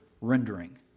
rendering